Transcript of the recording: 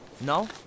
No